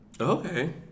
Okay